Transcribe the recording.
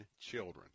children